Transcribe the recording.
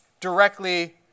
directly